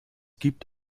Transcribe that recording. gibt